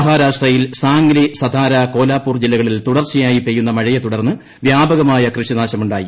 മഹാരാഷ്ട്രയിൽ സാങ്ലി സതാര കോലാപ്പൂർ ജില്ലകളിൽ തുടർച്ചയായി പെയ്യുന്ന മഴയെത്തുടർന്ന് വ്യാപകമായ കൃഷിനാശമുണ്ടായി